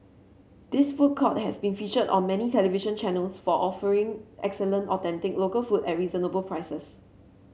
this food court has been featured on many television channels for offering excellent authentic local food at reasonable prices